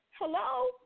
hello